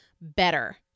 better